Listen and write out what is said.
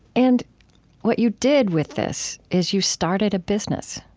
and what you did with this is you started a business.